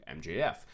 MJF